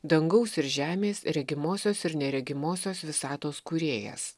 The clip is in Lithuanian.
dangaus ir žemės regimosios ir neregimosios visatos kūrėjas